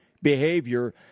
Behavior